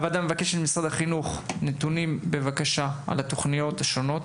הוועדה מבקשת ממשרד החינוך נתונים על התוכניות השונות: